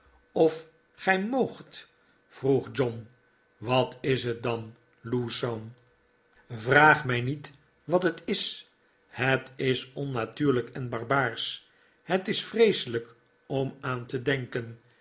of gij moogt vroeg john wat is het dan lewsome de heer mould ontmoet een vriendin vraag mij niet wat het is het is onnatuurlijk en barbaarsch het is vreeselijk om aan te denken